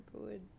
good